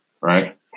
Right